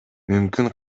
мүмкүн